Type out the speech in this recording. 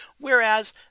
Whereas